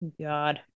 God